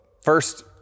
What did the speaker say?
first